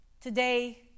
Today